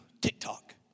TikTok